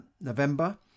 November